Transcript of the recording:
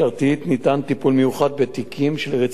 טיפול מיוחד בתיקים של רצידיביסטים,